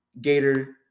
Gator